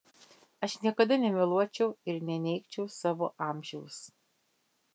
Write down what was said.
aš niekada nemeluočiau ir neneigčiau savo amžiaus